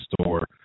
store